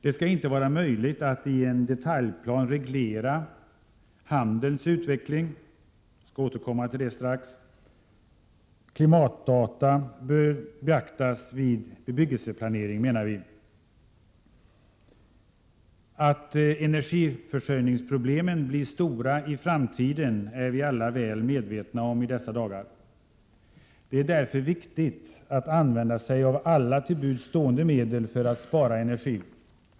Det skall inte vara möjligt att i en detaljplan reglera handelns utveckling. Jag skall strax återkomma till detta. Klimatdata bör beaktas vid bebyggelseplanering. Att energiförsörjningsproblemen blir stora i framtiden är vi alla väl medvetna om i dessa dagar. Det är därför viktigt att använda sig av alla till buds stående medel för att spara energi.